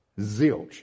Zilch